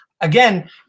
Again